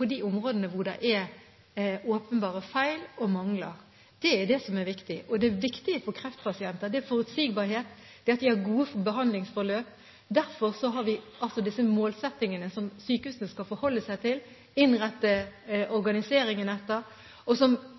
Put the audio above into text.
på de områdene hvor det er åpenbare feil og mangler, det er det som er viktig, og det viktige for kreftpasienter er forutsigbarhet, det er at de har gode behandlingsforløp. Derfor har vi altså disse målsettingene som sykehusene skal forholde seg til og innrette organiseringen etter, og som